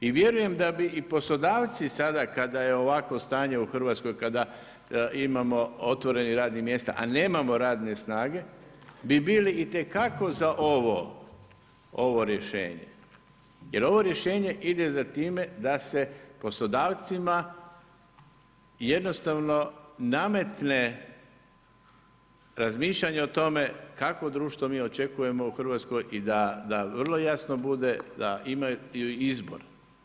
I vjerujem da bi i poslodavci, sada kada je ovakvo stanju u Hrvatskoj, kada imamo otvorenih radnih mjesta, a nemamo radne snage, bi bili itekako ovo rješenje, jer ovo rješenje ide za time, da se poslodavcima, jednostavno, nametne razmišljanje o tome, kakvo društvo mi očekujemo u Hrvatskoj i da vrlo jasno bude da imaju izbor.